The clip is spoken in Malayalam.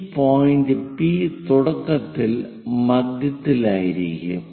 ഈ പോയിന്റ് പി തുടക്കത്തിൽ മധ്യത്തിലായിരിക്കും